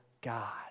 God